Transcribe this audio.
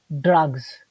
drugs